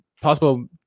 possible